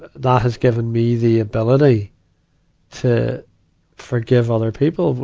that has given me the ability to forgive other people.